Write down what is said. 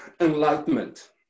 enlightenment